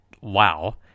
wow